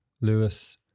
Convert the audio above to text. Lewis